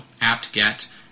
apt-get